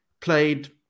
played